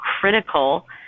critical